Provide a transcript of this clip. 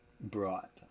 brought